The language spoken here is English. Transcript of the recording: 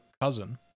cousin